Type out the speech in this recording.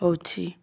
ଅଛି